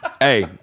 Hey